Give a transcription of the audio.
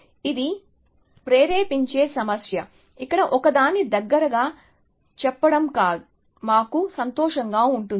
కాబట్టి ఇది ప్రేరేపించే సమస్య ఇక్కడ ఒకదాన్ని దగ్గరగా చెప్పడం మాకు సంతోషంగా ఉంటుంది